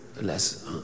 less